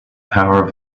power